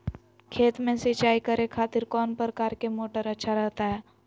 खेत में सिंचाई करे खातिर कौन प्रकार के मोटर अच्छा रहता हय?